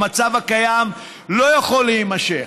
המצב הקיים לא יכול להימשך.